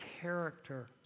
character